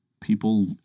people